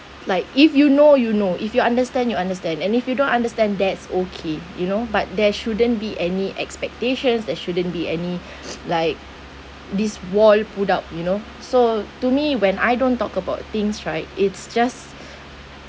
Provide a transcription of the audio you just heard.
like if you know you know if you understand you understand and if you don't understand that's okay you know but there shouldn't be any expectations there shouldn't be any like this wall put up you know so to me when I don't talk about things right it's just